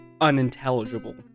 unintelligible